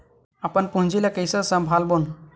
अपन पूंजी ला कइसे संभालबोन?